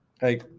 hey